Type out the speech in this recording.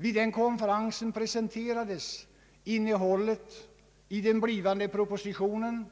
Vid den aktuella konferensen presenterades innehållet i den blivande propositionen